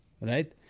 Right